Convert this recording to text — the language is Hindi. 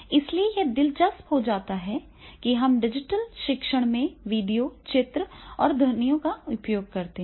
इसलिए यह दिलचस्प हो जाता है कि हम डिजिटल शिक्षण में वीडियो चित्र और ध्वनियों का उपयोग करते हैं